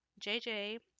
JJ